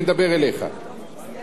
אתה שומע היטב.